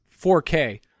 4k